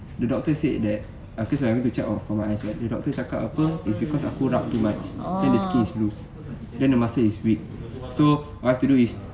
the doctor said that because I went to check out from my eyes [what] the doctor cakap tau apa is because aku rabun too much then the skin is lose then the muscle is weak so what I have to do is